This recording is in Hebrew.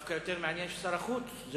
דווקא יותר מעניין ששר החוץ ישיב,